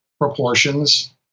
proportions